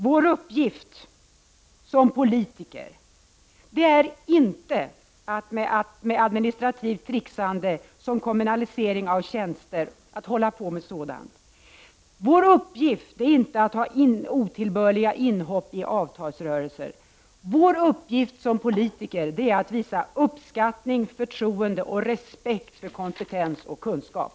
Vår uppgift som politiker är inte att hålla på med administrativt tricksande som kommunalisering av tjänster. Den är inte heller att göra otillbörliga inhopp i avtalsrörelser. Nej, vår uppgift som politiker är att visa uppskattning, förtroende och respekt för kompetens och kunskap.